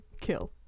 kill